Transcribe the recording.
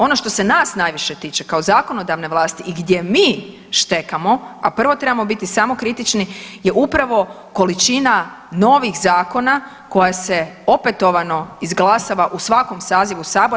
Ono što se nas najviše tiče kao zakonodavne vlasti i gdje mi štekamo, a prvo trebamo biti samokritični je upravo količina novih zakona koja se opetovano izglasava u svakom sazivu sabora.